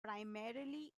primarily